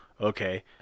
Okay